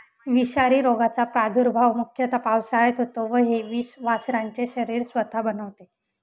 विषारी रोगाचा प्रादुर्भाव मुख्यतः पावसाळ्यात होतो व हे विष वासरांचे शरीर स्वतः बनवते